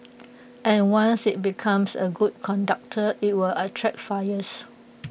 and once IT becomes A good conductor IT will attract fires